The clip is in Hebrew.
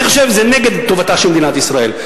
אני חושב שזה נגד טובתה של מדינת ישראל.